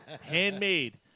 handmade